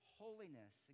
holiness